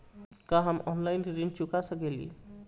का हम ऑनलाइन ऋण चुका सके ली?